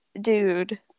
dude